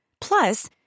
Plus